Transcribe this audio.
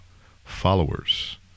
followers